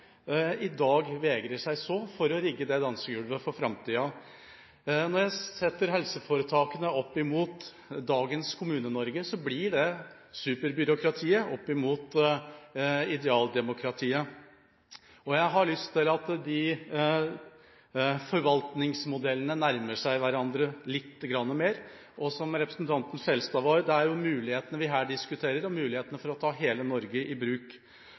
i dag vegrer seg sånn for å rigge dansegulvet for framtiden. Når jeg setter helseforetakene opp mot dagens Kommune-Norge, blir det superbyråkratiet opp mot idealdemokratiet. Jeg har lyst til at forvaltningsmodellene nærmer seg hverandre litt mer. Som representanten Skjelstad sa, er det mulighetene for å ta hele Norge i bruk,